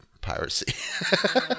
piracy